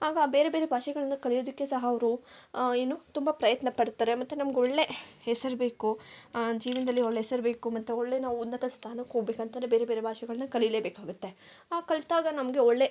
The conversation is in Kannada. ಬೇರೆ ಬೇರೆ ಭಾಷೆಗಳನ್ನ ಕಲಿಯೋದಕ್ಕೆ ಸಹ ಅವರು ಏನು ತುಂಬ ಪ್ರಯತ್ನ ಪಡ್ತಾರೆ ಮತ್ತೆ ನಮ್ಗೆ ಒಳ್ಳೆ ಹೆಸರು ಬೇಕು ಜೀವನದಲ್ಲಿ ಒಳ್ಳೆ ಹೆಸರು ಬೇಕು ಮತ್ತೆ ಒಳ್ಳೆ ನಾವು ಉನ್ನತ ಸ್ಥಾನಕ್ಕೋಗ್ಬೇಕಂತಂದ್ರೆ ಬೇರೆ ಬೇರೆ ಭಾಷೆಗಳನ್ನ ಕಲಿಯಲೇಬೇಕಾಗತ್ತೆ ಆ ಕಲಿತಾಗ ನಮಗೆ ಒಳ್ಳೆ